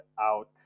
out